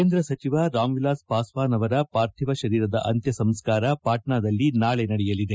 ಕೇಂದ್ರ ಸಚಿವ ರಾಮ್ ವಿಲಾಸ್ ಪಾಸ್ವಾನ್ ಅವರ ಪಾರ್ಥಿವ ಶರೀರದ ಅಂತ್ಯ ಸಂಸ್ಕಾರ ಪಾಟ್ನಾದಲ್ಲಿ ನಾಳೆ ನಡೆಯಲಿದೆ